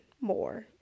more